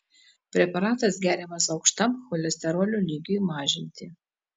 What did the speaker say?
preparatas geriamas aukštam cholesterolio lygiui mažinti